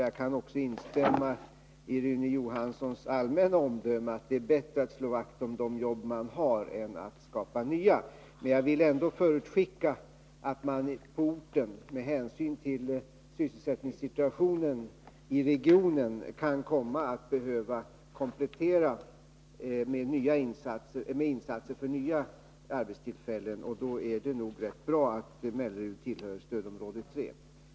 Jag kan också instämma i Rune Johanssons allmänna omdöme att det är bättre att slå vakt om de jobb man har än att skapa nya. Men jag vill ändå förutskicka att man på orten, med hänsyn till sysselsättningssituationen i regionen, kan komma att behöva komplettera med insatser för nya arbetstillfällen, och då är det nog rätt bra att Mellerud tillhör stödområde 3.